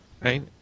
Right